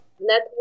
network